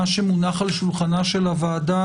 מה שמונח על שולחנה של הוועדה,